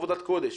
עבודת קודש,